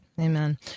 Amen